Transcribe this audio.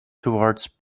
towards